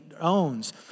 owns